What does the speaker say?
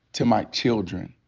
to my children,